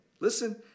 listen